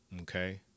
okay